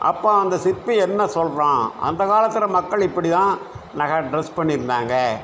அப்போ அந்த சிற்பி என்ன சொல்கிறான் அந்த காலத்தில் மக்கள் இப்படிதான் நகை டிரஸ் பண்ணியிருந்தாங்க